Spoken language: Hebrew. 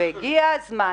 והגיע הזמן